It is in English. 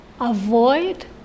avoid